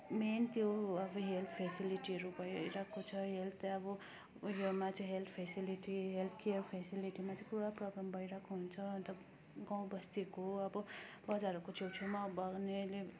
main त्यो अब health फेसिलिटीहरू भयो हेरिरहेको छ हेल्थ त्यही अब उयोमा चाहिँ हेल्थ फेसिलिटी हेल्थ केयर फेसिलिटीमा चाहिँ पुरा प्रब्लम भइरहेको हुन्छ अन्त गाउँबस्तीको अब बजारहरूको छेउछेउमा बगानेहरूले